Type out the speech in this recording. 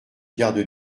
garde